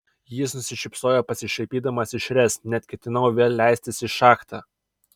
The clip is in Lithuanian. jis nusišypsojo pasišaipydamas iš ręs net ketinau vėl leistis į šachtą